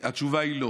התשובה היא לא,